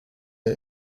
der